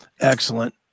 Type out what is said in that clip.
Excellent